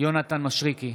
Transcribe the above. יונתן מישרקי,